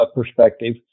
perspective